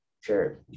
Sure